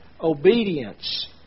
obedience